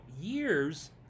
years